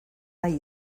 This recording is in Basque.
nahi